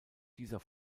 dieser